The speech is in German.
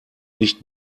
nicht